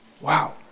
Wow